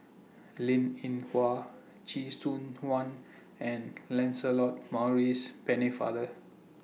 Linn in Hua Chee Soon Juan and Lancelot Maurice Pennefather